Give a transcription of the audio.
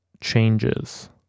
changes